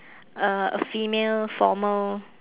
uh a female formal